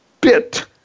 bit